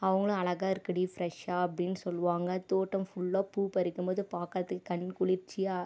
அவங்களும் அழகாக இருக்குடி ஃபிரெஷ்ஷா அப்படின்னு சொல்லுவாங்கள் தோட்டம் ஃபுல்லா பூ பறிக்கும்போது பார்க்கறதுக்கு கண் குளிர்ச்சியாக